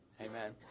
Amen